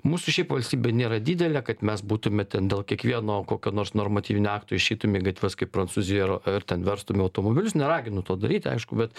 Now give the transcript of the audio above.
mūsų šiaip valstybė nėra didelė kad mes būtume ten dėl kiekvieno kokio nors normatyvinio akto išeitume į gatves kaip prancūzijoj ir ir ten verstume automobilius neraginu to daryt aišku bet